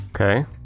Okay